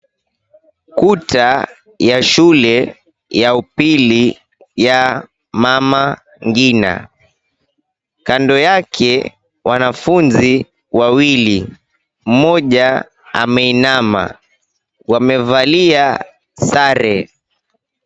Ukuta wa shule ya Mama Ngina. Kando yake kuna wanafunzi wawili mmoja ameinama wamevalia sare.